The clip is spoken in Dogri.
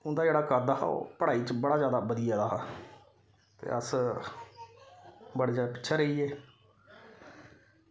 उंदा जेह्ड़ा कद हा ओह् पढ़ाई च बड़ा जैदा बधी गेदा हा ते अस बड़े जैदा पिच्छे रेही गे